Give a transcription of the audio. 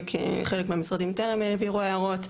חלק מהמשרדים טרם העבירו הערות,